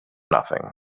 nothing